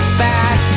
back